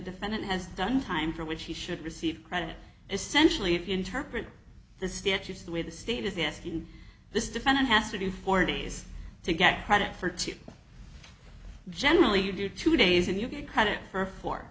defendant has done time for which he should receive credit essentially if you interpret the statutes the way the state assisting this defendant has to do four days to get credit for two generally you do two days and you get credit for fo